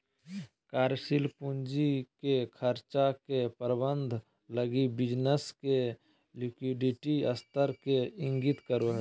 कार्यशील पूंजी के खर्चा के प्रबंधन लगी बिज़नेस के लिक्विडिटी स्तर के इंगित करो हइ